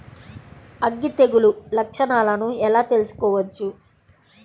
అగ్గి తెగులు లక్షణాలను ఎలా తెలుసుకోవచ్చు?